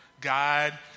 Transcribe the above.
God